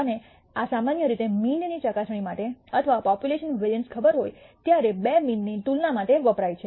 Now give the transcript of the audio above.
અને આ સામાન્ય રીતે મીનની ચકાસણી માટે અથવા પોપ્યુલેશન વેરિઅન્સ ખબર હોય ત્યારે બે મીનની તુલના માટે વપરાય છે